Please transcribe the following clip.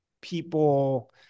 people